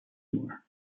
more